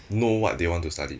know what they want to study